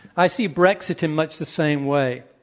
i see brexit in much the same way.